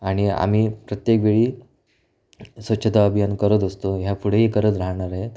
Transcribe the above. आणि आम्ही प्रत्येक वेळी स्वच्छता अभियान करत असतो ह्यापुढेही करत राहणार आहेत